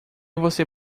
você